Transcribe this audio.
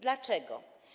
Dlaczego?